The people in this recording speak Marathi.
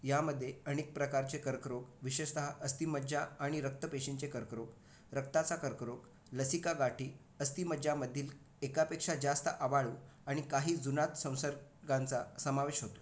यामध्ये अनेक प्रकारचे कर्करोग विशेषतः अस्थिमज्जा आणि रक्तपेशींचे कर्करोग रक्ताचा कर्करोग लसिका गाठी अस्थिमज्जांमधील एकापेक्षा जास्त आवाळू आणि काही जुनाट संसर्गांचा समावेश होतो